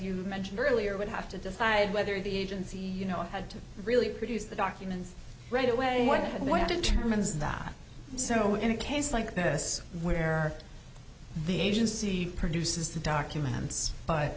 you mentioned earlier would have to decide whether the agency you know had to really produce the documents right away and when determines that so in a case like this where the agency produces the documents